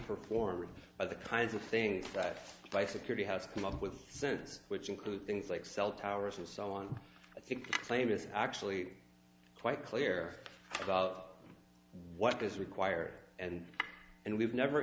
performed by the kinds of things that by security has come up with since which include things like cell towers and so on i think claim is actually quite clear about what does require and and we've never